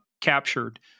captured